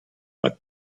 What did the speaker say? but